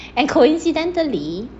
and coincidentally